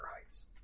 heights